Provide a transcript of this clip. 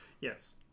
yes